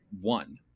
one